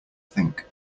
think